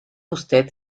usted